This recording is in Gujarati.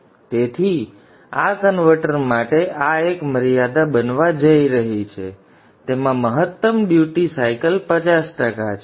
તેથી આ કન્વર્ટર માટે આ એક મર્યાદા બનવા જઈ રહી છે તેમાં મહત્તમ ડ્યુટી સાયકલ 50 ટકા છે